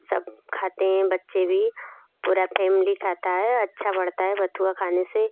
सब खाते हैं बच्चे भी पूरी फैमिली खाती है अच्छा बढ़ता है बथुआ खाने से